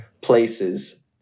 places